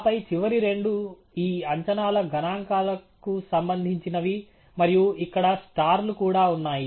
ఆపై చివరి రెండు ఈ అంచనాల గణాంకాలకు సంబంధించినవి మరియు ఇక్కడ స్టార్ లు కూడా ఉన్నాయి